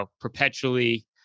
perpetually